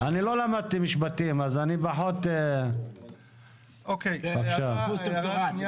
אני לא למדתי משפטים אז אני פחות --- הערה שנייה,